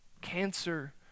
cancer